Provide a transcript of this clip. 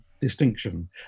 distinction